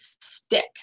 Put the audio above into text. stick